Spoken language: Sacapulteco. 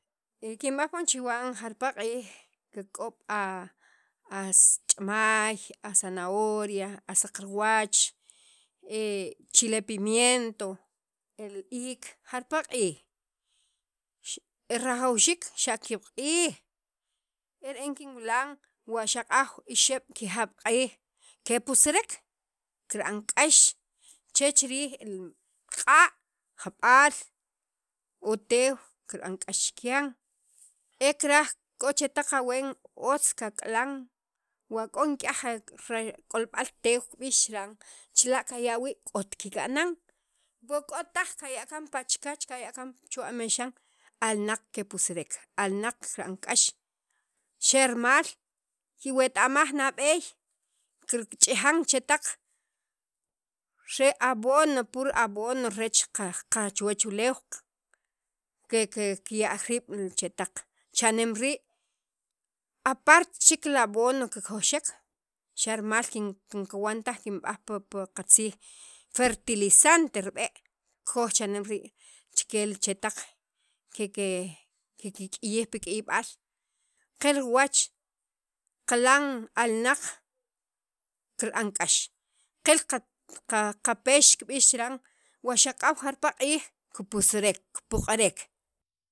e kinb'aj poon chiwan jarpala' q'iij kik'ob' a a ch'imaay azanahiria, a saq riwach, chile pimiento el iik, jarpala q'iij rajawxiik xa' ki'ab' q'iij ere'en kinwilan wa xaq'aw ki'ab' ixeb' q'iij kepusner kira'an k'ax che chi riij li q'a' jab'aal o teew kira'an k'ax chikyan e karaj k'o chetaq aween otz kak'lan wa k'o nik'yaj re k'olb'al teew kib'ix chiran k'ot kika'nan wo k'otaj kaya' kaan pa chikyach kaya' kaan chu amexan alnaq kepusrek alnaq kika'n k'ax xa rimal kiweta'maj nab'eey kirch'ijan li chetaq re abono pur abono re chuwach wachuleew qe qe kiya'w riib' li chetaq cha'nem rii' aparte chek li abono kikojxek xa' rimal kinkawan taj kinb'aj pil qatzij fertilante rib'e' kikoj cha'nem rii' che li chetaq kik'iyij pi k'iyb'al qel riwach qilan alnaq kira'an k'ax qil ta qil qapex kib'ix chiran wa xaq'aw jarpala' q'iij kipusrek kipoq'rek.